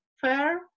Fair